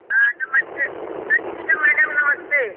हाँ नमस्ते हाँ ठीक है मैडम नमस्ते